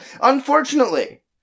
unfortunately